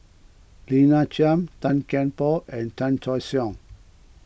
Lina Chiam Tan Kian Por and Chan Choy Siong